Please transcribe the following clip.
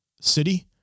city